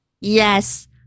Yes